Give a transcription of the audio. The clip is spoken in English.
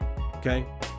okay